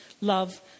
love